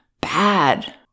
bad